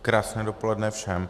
Krásné dopoledne všem.